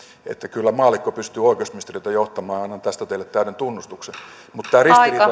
että kyllä maallikko pystyy oikeusministeriötä johtamaan ja annan tästä teille täyden tunnustuksen mutta tämä ristiriita ja